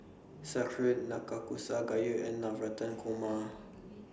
Sauerkraut Nanakusa Gayu and Navratan Korma